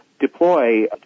deploy